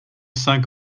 cinq